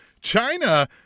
china